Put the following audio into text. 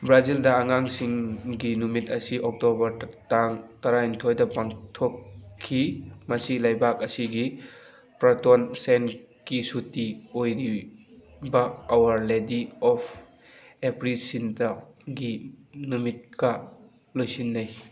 ꯕ꯭ꯔꯥꯖꯤꯜꯗ ꯑꯉꯥꯡꯁꯤꯡꯒꯤ ꯅꯨꯃꯤꯠ ꯑꯁꯤ ꯑꯣꯛꯇꯣꯕꯔ ꯇꯥꯡ ꯇꯔꯥꯅꯤꯊꯣꯏꯗ ꯄꯥꯡꯊꯣꯛꯈꯤ ꯃꯁꯤ ꯂꯩꯕꯥꯛ ꯑꯁꯤꯒꯤ ꯄ꯭ꯔꯇꯣꯟ ꯁꯦꯟꯀꯤ ꯁꯨꯇꯤ ꯑꯣꯏꯔꯤꯕ ꯑꯋꯥꯔ ꯂꯦꯗꯤ ꯑꯣꯐ ꯑꯦꯄ꯭ꯔꯤꯁꯤꯟꯗꯒꯤ ꯅꯨꯃꯤꯠꯀ ꯂꯣꯟꯁꯤꯟꯅꯩ